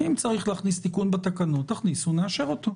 אם צריך להכניס תיקון בתקנות תכניסו ונאשר אותו.